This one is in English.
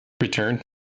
return